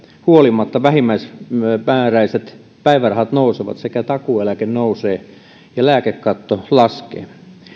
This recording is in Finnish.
huolimatta vähimmäismääräiset päivärahat nousevat ja takuueläke nousee ja lääkekatto laskee